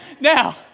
Now